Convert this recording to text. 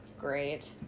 great